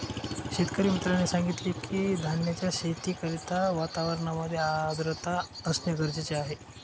शेतकरी मित्राने सांगितलं की, धान्याच्या शेती करिता वातावरणामध्ये आर्द्रता असणे गरजेचे आहे